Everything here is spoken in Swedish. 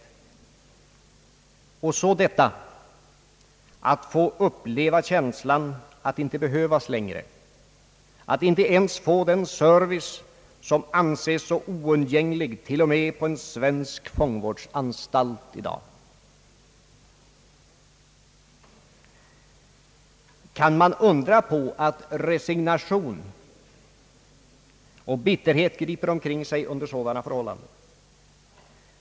Och så detta att få uppleva känslan att inte behövas längre, att inte ens få den service som anses så oundgänglig t.o.m. på en svensk fångvårdsanstalt. Kan man undra på att resignation och bitterhet griper omkring sig under sådana förhållanden?